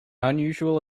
unusual